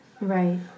Right